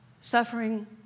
Suffering